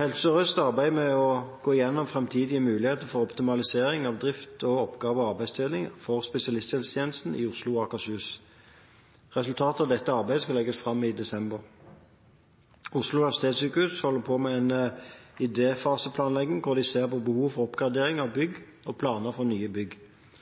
Helse Sør-Øst arbeider med å gå igjennom framtidige muligheter for optimalisering av drift, oppgaver og arbeidsdeling for spesialisthelsetjenesten i Oslo og Akershus. Resultatet av dette arbeidet skal legges fram i desember. Oslo universitetssykehus holder på med en idéfaseplanlegging der de ser på behov for oppgradering av bygg og planer for nye bygg.